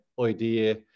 idea